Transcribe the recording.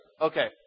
okay